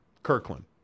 Kirkland